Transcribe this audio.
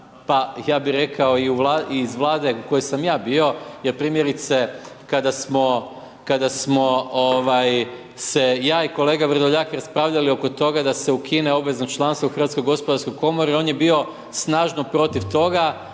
pa ja bi rekao iz Vlade u kojoj sam ja bio jer primjerice kada smo se ja i kolega Vrdoljak raspravljali oko toga da se ukine obvezno članstvo u HGK-u, on je bio snažno protiv toga,